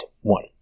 One